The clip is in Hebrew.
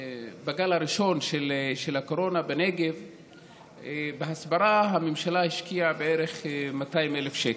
בגל הראשון של הקורונה בהסברה בנגב הממשלה השקיעה בערך 200,000 שקל.